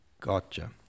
Gotcha